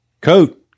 coat